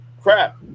crap